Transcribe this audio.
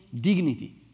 dignity